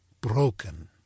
broken